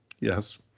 yes